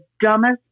dumbest